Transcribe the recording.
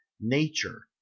nature